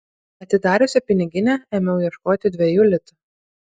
atidariusi piniginę ėmiau ieškoti dviejų litų